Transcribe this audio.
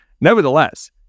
Nevertheless